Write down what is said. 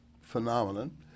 phenomenon